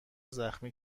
زخمی